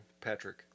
Patrick